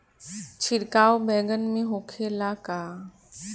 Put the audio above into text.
छिड़काव बैगन में होखे ला का?